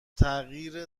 تغییر